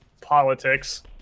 politics